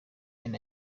ben